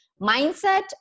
mindset